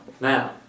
now